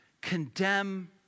condemn